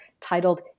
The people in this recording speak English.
titled